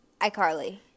iCarly